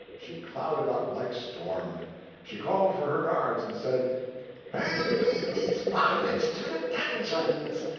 she clouded up like storm she called for her guards, and said hale me these varlets to the dungeons.